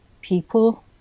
people